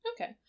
Okay